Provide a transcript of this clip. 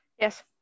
Yes